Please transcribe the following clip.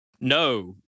no